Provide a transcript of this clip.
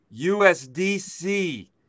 USDC